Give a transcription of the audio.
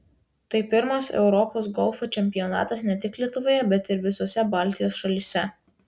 tai pirmas europos golfo čempionatas ne tik lietuvoje bet ir visose baltijos šalyse